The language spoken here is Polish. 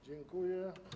Dziękuję.